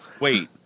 Wait